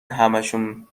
همشون